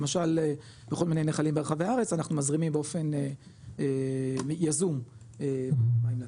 למשל בכל מיני נחלים ברחבי הארץ אנחנו מזרימים באופן יזום מים לטבע.